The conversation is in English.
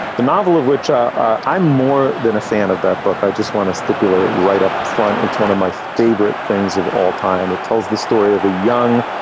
the novel of which ah i'm more than a fan of that book. i just want to stipulate right up front. it's one of my favorite things of all time. it tells the story of a young,